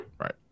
Right